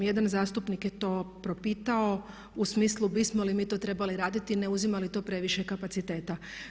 Jedan zastupnik je to propitao u smislu bismo li mi to trebali raditi, ne uzima li to previše kapaciteta.